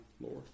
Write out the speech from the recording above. Lord